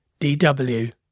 DW